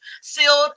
sealed